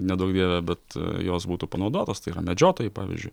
neduok dieve bet jos būtų panaudotos tai yra medžiotojai pavyzdžiui